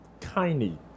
kindly